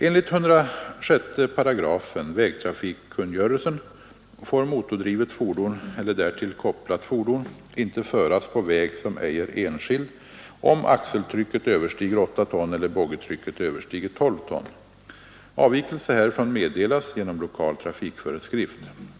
Enligt 106 § vägtrafikkungörelsen får motordrivet fordon eller därtill kopplat fordon inte föras på väg som ej är enskild, om axeltrycket överstiger 8 tön eller boggitrycket överstiger 12 ton. Avvikelse härifrån meddelas genom lokal trafikföreskrift.